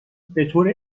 بطور